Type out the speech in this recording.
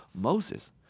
Moses